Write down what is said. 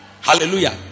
hallelujah